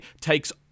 takes